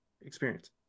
experience